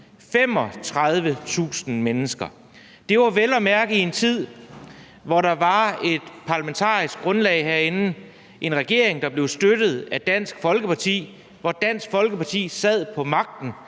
35.000 mennesker! Det var vel at mærke i en tid, hvor Dansk Folkeparti var parlamentarisk grundlag herinde, hvor regeringen blev støttet af Dansk Folkeparti, og hvor Dansk Folkeparti sad på magten.